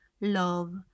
love